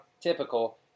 Typical